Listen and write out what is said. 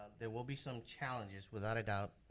there will be some challenges, without a doubt,